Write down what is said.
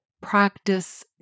practice